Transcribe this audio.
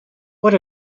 what